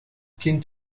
kind